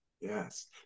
Yes